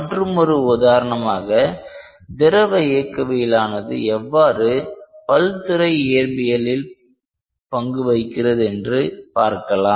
மற்றுமொரு உதாரணமாக திரவ இயக்கவியல் ஆனது எவ்வாறு பல்துறை இயற்பியலில் பங்கு வகிக்கிறது என்று பார்க்கலாம்